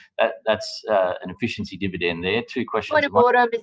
that's an efficiency dividend there, two questions like but but but